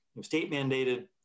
state-mandated